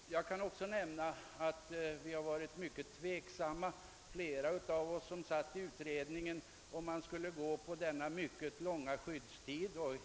Jag vill också nämna att flera av oss som arbetade i utredningen var mycket tveksamma huruvida man borde gå in för en så lång skyddstid som den som nu föreslås.